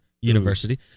University